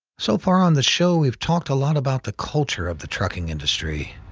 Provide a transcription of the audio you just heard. so far on the show, we've talked a lot about the culture of the trucking industry.